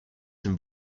some